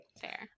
Fair